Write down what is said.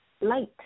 light